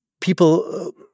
people